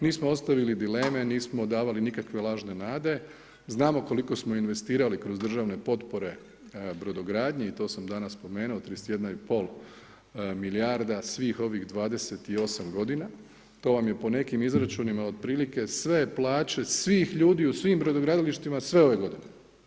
Nismo ostavili dileme, nismo davali nikakve lažne nade, znamo koliko smo investirali kroz državne potpore brodogradnje i to sam danas spomenuo, 31 i pol milijarda svih ovih 28 godina, to vam je po nekim izračunima otprilike sve plaće svih ljudi u svim brodogradilištima sve ove godine.